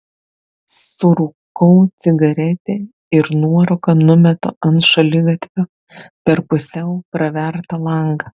surūkau cigaretę ir nuorūką numetu ant šaligatvio per pusiau pravertą langą